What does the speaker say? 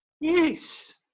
Yes